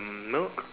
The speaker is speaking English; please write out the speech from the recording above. milk